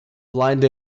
blind